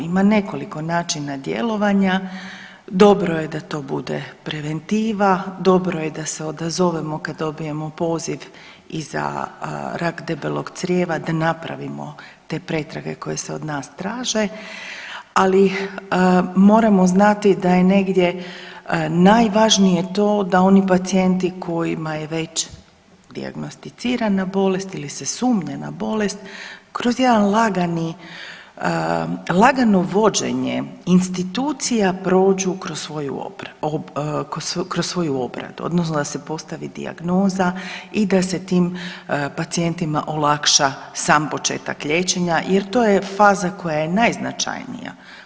Ima nekoliko načina djelovanja, dobro je da to bude preventiva, dobro je da se odazovemo kad dobijemo poziv i za rak debelog crijeva, da napravimo te pretrage koje se od nas traže ali moramo znati da je negdje najvažnije to da oni pacijenti kojima je već dijagnosticirana bolest ili se sumnja na bolest kroz jedno lagano vođenje institucija prođu kroz svoju obradu, odnosno da se postavi dijagnoza i da se tim pacijentima olakša sam početak liječenja jer to je faza koja je najznačajnija.